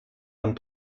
and